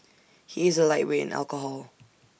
he is A lightweight in alcohol